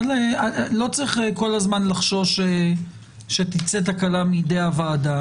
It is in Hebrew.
לא צריך כל הזמן לחשוש שתצא תקלה מידי הוועדה.